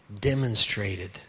demonstrated